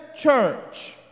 church